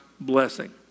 blessing